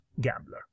gambler